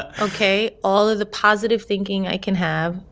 ok? all of the positive thinking i can have,